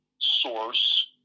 source